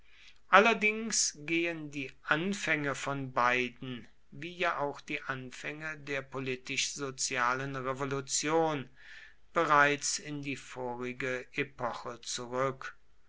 allerdings gehen die anfänge von beiden wie ja auch die anfänge der politisch sozialen revolution bereits in die vorige epoche zurück